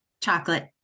Chocolate